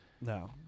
No